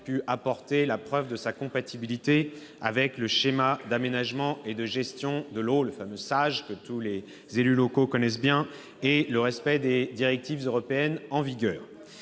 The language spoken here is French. pu apporter la preuve de sa compatibilité avec le schéma d'aménagement et de gestion de l'eau, le fameux SAGE que tous les élus locaux connaissent bien, et avec les directives européennes en vigueur,